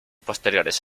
posteriores